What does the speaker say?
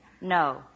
No